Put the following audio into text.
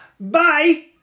Bye